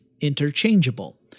interchangeable